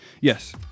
yes